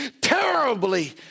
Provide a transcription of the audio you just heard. terribly